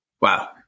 Wow